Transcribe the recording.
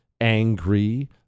angry